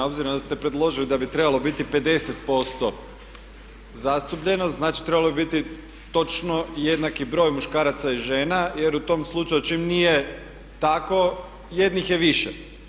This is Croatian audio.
Obzirom da ste predložilo da bi trebalo biti 50% zastupljenost, znači trebalo bi biti točno jednaki broj muškaraca i žena jer u tom slučaju čim nije tako jednih je više.